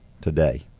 today